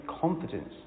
confidence